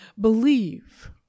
Believe